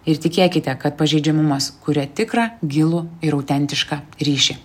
ir tikėkite kad pažeidžiamumas kuria tikrą gilų ir autentišką ryšį